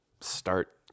start